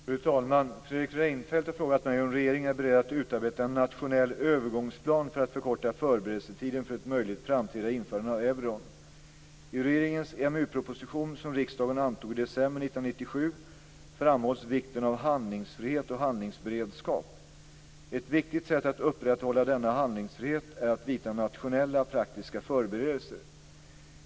Fru talman! Fredrik Reinfeldt har frågat mig om regeringen är beredd att utarbeta en nationell övergångsplan för att förkorta förberedelsetiden för ett möjligt framtida införande av euron. framhålls vikten av handlingsfrihet och handlingsberedskap. Ett viktigt sätt att upprätthålla denna handlingsfrihet är att vidta nationella praktiska förberedelser.